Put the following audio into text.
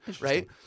right